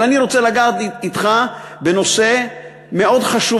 אבל אני רוצה לגעת אתך בנושא מאוד חשוב